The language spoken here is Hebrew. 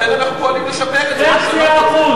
לכן אנחנו פועלים לשפר את זה, לשנות את זה.